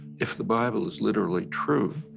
if the bible is literally true,